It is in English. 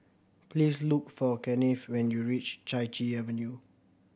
please look for Kennith when you reach Chai Chee Avenue